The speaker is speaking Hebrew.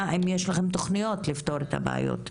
מה הן התוכניות שלכם על מנת לפתור את הבעיות הללו?